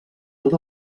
tot